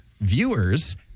viewers